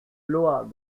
loi